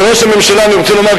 ולראש הממשלה אני רוצה לומר,